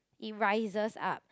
it rises up